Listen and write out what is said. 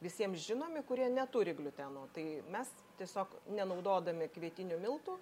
visiems žinomi kurie neturi gliuteno tai mes tiesiog nenaudodami kvietinių miltų